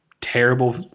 Terrible